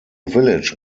village